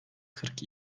kırk